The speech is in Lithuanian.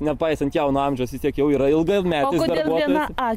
nepaisant jauno amžiaus vistiek jau yra ilgametis darbuotojas